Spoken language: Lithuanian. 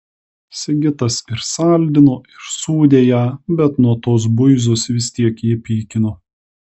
sigitas ir saldino ir sūdė ją bet nuo tos buizos vis tiek jį pykino